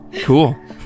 cool